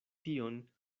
tion